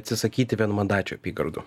atsisakyti vienmandačių apygardų